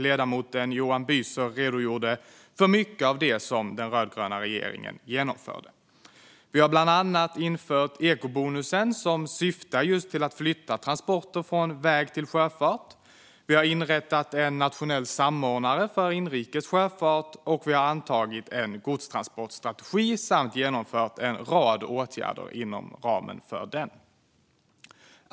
Ledamoten Johan Büser redogjorde för mycket av det som den rödgröna regeringen genomfört. Vi har bland annat infört ekobonusen som syftar till att flytta transporter från väg till sjöfart. Vi har inrättat en nationell samordnare för inrikes sjöfart. Och vi har antagit en godstransportstrategi samt genomfört en rad åtgärder inom ramen för den.